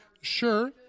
Sure